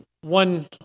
one